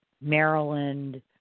Maryland